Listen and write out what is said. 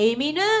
Amy는